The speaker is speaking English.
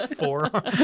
forearm